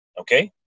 Okay